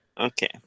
Okay